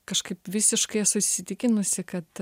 kažkaip visiškai esu įsitikinusi kad